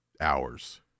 hours